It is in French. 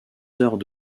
heures